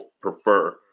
prefer